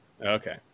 Okay